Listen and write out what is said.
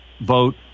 vote